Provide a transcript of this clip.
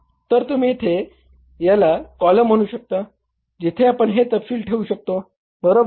तर तुम्ही येथे याला कॉलम म्हणू शकता जिथे आपण हे तपशील ठेवू शकतो बरोबर